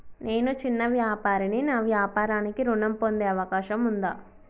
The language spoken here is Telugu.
నేను చిన్న వ్యాపారిని నా వ్యాపారానికి ఋణం పొందే అవకాశం ఉందా?